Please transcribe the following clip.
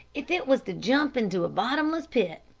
if it was to jump into a bottomless pit.